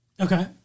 Okay